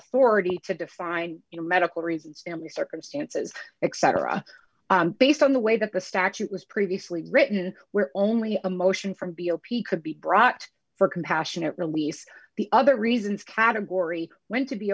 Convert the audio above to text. authority to define in medical reasons family circumstances etc based on the way that the statute was previously written where only a motion from b o p could be brought for compassionate release the other reasons category went to be